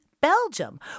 Belgium